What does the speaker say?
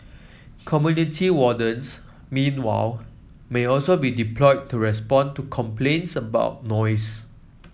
community wardens meanwhile may also be deployed to respond to complaints about noise